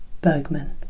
Bergman